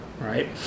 right